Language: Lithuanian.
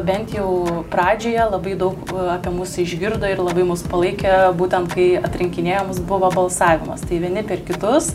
bent jau pradžioje labai daug apie mus išgirdo ir labai mus palaikė būtent kai atrinkinėjo mus buvo balsavimas tai vieni per kitus